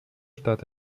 stadt